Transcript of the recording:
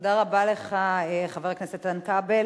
תודה רבה לך, חבר הכנסת איתן כבל.